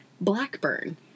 Blackburn